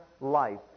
life